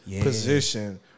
position